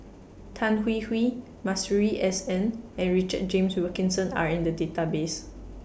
Tan Hwee Hwee Masuri S N and Richard James Wilkinson Are in The Database